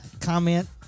comment